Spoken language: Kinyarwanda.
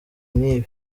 nk’ibi